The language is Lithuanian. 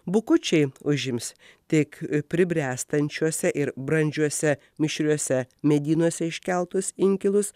bukučiai užims tik pribręstančiuose ir brandžiuose mišriuose medynuose iškeltus inkilus